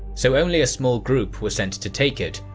so only a small group was sent to take it,